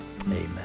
Amen